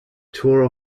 tore